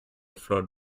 flowed